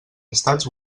estats